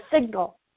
signal